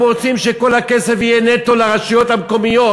רוצים שכל הכסף יהיה נטו לרשויות המקומיות,